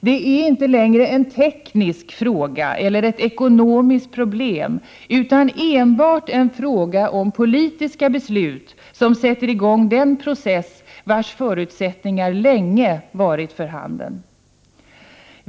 Det är inte längre en teknisk fråga eller ett ekonomiskt problem, utan enbart en fråga om politiska beslut som sätter i gång den process vars förutsättningar länge varit för handen.